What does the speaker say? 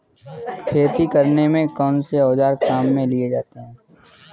खेती करने में कौनसे औज़ार काम में लिए जाते हैं?